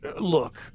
look